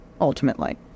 ultimately